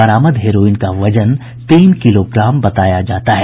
बरामद हेरोईन का वजन तीन किलोग्राम बताया जाता है